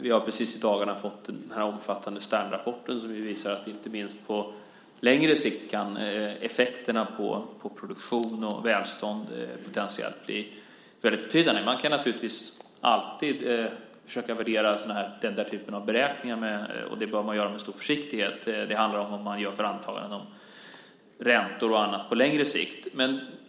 Vi har precis i dagarna fått den omfattande Sternrapporten som visar att effekterna på produktion och välstånd, inte minst på längre sikt, potentiellt kan bli väldigt betydande. Naturligtvis bör man alltid värdera denna typ av beräkningar med stor försiktighet. Det handlar om vad man gör för antaganden om räntor och annat på längre sikt.